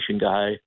guy